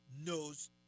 knows